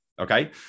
okay